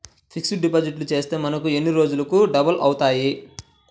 Fixed deposit చేస్తే మనకు ఎన్ని రోజులకు డబల్ అవుతాయి?